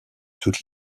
toute